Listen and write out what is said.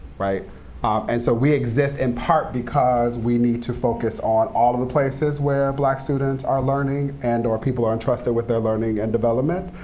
ah and so we exist, in part, because we need to focus on all of the places where black students are learning, and or people are entrusted with their learning and development,